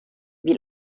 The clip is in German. wie